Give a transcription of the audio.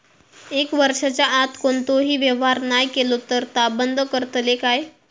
एक वर्षाच्या आत कोणतोही व्यवहार नाय केलो तर ता बंद करतले काय?